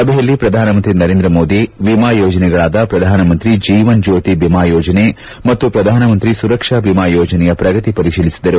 ಸಭೆಯಲ್ಲಿ ಪ್ರಧಾನಮಂತ್ರಿ ನರೇಂದ್ರ ಮೋದಿ ವಿಮಾ ಯೋಜನೆಗಳಾದ ಪ್ರಧಾನಮಂತ್ರಿ ಜೀವನ್ಜ್ಯೋತಿ ಬಿಮಾ ಯೋಜನೆ ಮತ್ತು ಪ್ರಧಾನಮಂತ್ರಿ ಸುರಕ್ಷಾ ಬಿಮಾ ಯೋಜನೆಯ ಪ್ರಗತಿ ಪರಿಶೀಲಿಸಿದರು